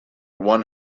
one